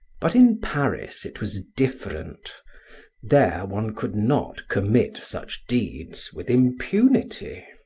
but in paris it was different there one could not commit such deeds with impunity.